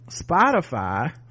Spotify